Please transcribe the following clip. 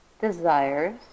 desires